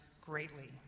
greatly